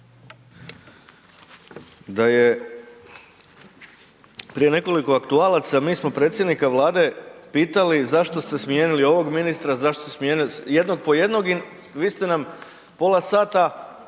Da je, prije nekoliko aktualaca mi smo predsjednika Vlade pitali zašto ste smijenili ovog ministra, zašto ste smijenili jednog po jednog i vi ste nam pola sata